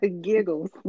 Giggles